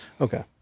okay